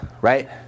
right